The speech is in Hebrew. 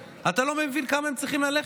אתה לא מבין כמה הם צריכים ללכת,